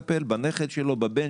הצעתי הצעה דחופה לסדר היום לדון בסיוע